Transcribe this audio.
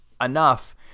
enough